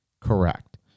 Correct